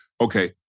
Okay